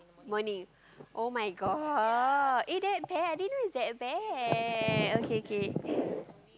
morning [oh]-my-god and there there I didn't know is that bad okay okay